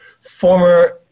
former